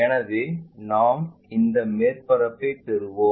எனவே நாம் இந்த மேற்பரப்பைப் பெறுவோம்